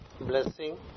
blessing